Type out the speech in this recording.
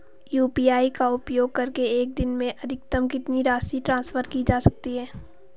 UPI का उपयोग करके एक दिन में अधिकतम कितनी राशि ट्रांसफर की जा सकती है?